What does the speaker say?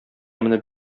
менеп